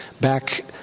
back